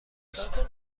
است